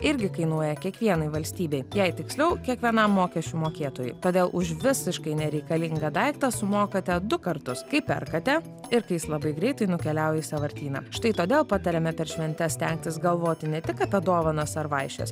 irgi kainuoja kiekvienai valstybei jei tiksliau kiekvienam mokesčių mokėtojui todėl už visiškai nereikalingą daiktą sumokate du kartus kai perkate ir kai jis labai greitai nukeliauja į sąvartyną štai todėl patariame per šventes stengtis galvoti ne tik apie dovanas ar vaišes